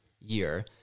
year